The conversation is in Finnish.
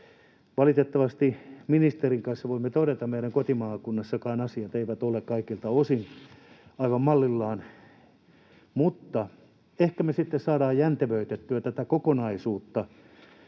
Valitettavasti ministerin kanssa voimme todeta, että meidän kotimaakunnassakaan asiat eivät ole kaikilta osin aivan mallillaan, mutta ehkä me sitten saadaan jäntevöitettyä tätä kokonaisuutta,